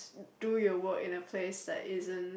do your work in a place that isn't